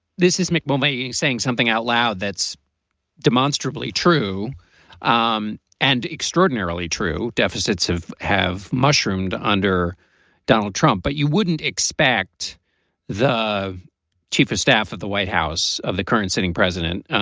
this is mick mulvaney saying something out loud that's demonstrably true um and extraordinarily true. deficits have have mushroomed under donald trump. but you wouldn't expect the chief of staff of the white house, of the current sitting president